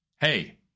hey